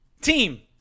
team